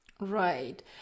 Right